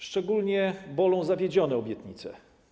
Szczególnie bolą zawiedzione obietnice.